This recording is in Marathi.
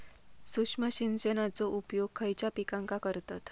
सूक्ष्म सिंचनाचो उपयोग खयच्या पिकांका करतत?